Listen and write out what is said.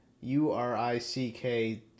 U-R-I-C-K